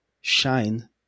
Shine